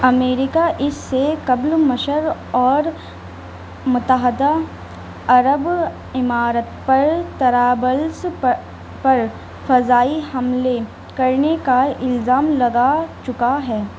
America اس سے قبل مشر اور متحدہ عرب امارت پر طرابلس پر فضائی حملے کرنے کا الزام لگا چکا ہے